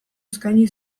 eskaini